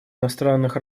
иностранных